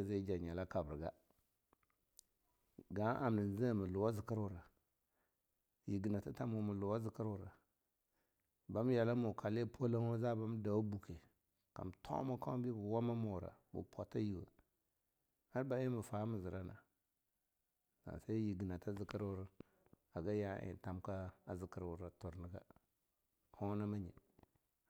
zeh jah nyala kabra ga ga'amna zhe mu luwa zikirwura, yinatita mo mu luwa zikiwura, bam yala mu lae polou wah zabanm dawa buke, kam toma kaunma beh ba wama mura, mum pwata yyuwaoh, ar ba eh mafa ma ziki na? Ase yifinata zikiwura haga ya eh tamka zikirwura tur niga hona ma nye.